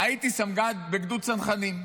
בגדוד צנחנים.